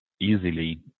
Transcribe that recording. easily